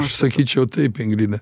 aš sakyčiau taip ingrida